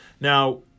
Now